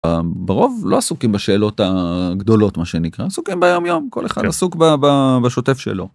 ברוב לא עסוקים בשאלות הגדולות מה שנקרא עסוקים ביום-יום. כל אחד עסוק בשוטף שלו.